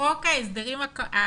בחוק ההסדרים הקרוב